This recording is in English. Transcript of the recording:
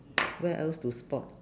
where else to spot